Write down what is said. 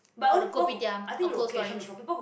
for the kopitiam or cold-storage